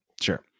sure